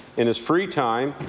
in his free time,